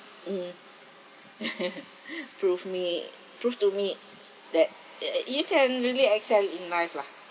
mm prove me proved to me that uh eh you can really excel in life lah